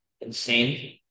insane